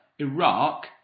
Iraq